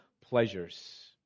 pleasures